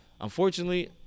unfortunately